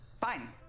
Fine